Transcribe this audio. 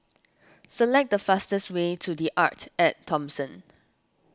select the fastest way to the Arte at Thomson